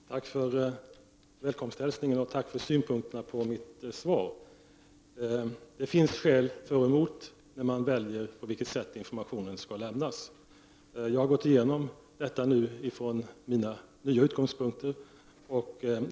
Herr talman! Tack för välkomsthälsningen, och tack för synpunkterna på mitt svar. Det finns skäl för och emot när man väljer på vilket sätt informationen skall lämnas. Jag har gått igenom detta från mina utgångspunkter.